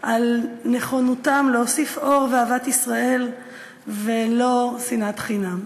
על נכונותם להוסיף אור ואהבת ישראל ולא שנאת חינם.